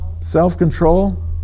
self-control